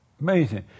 Amazing